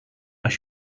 als